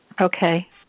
Okay